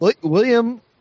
William